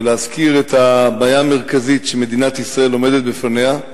ולהזכיר את הבעיה המרכזית שמדינת ישראל עומדת בפניה.